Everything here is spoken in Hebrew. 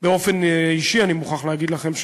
ובאופן אישי, אני מוכרח להגיד לכם,